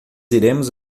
iremos